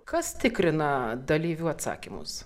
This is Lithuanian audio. kas tikrina dalyvių atsakymus